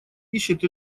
ищет